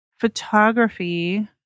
photography